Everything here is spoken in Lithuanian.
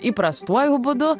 įprastuoju būdu